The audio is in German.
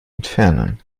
entfernen